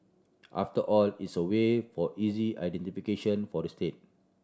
after all it's a way for easy identification for the state